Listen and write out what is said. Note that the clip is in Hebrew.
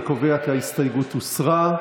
אני קובע כי ההתנגדות הוסרה.